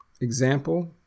Example